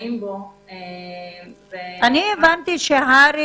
--- הבנתי שהר"י